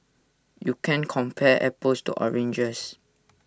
you can't compare apples to oranges